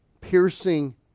piercing